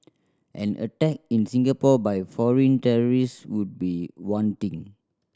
an attack in Singapore by foreign terrorists would be one thing